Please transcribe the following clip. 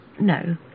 no